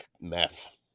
meth